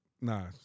nah